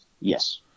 Yes